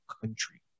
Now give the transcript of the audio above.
country